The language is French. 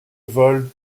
volent